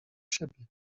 siebie